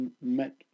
met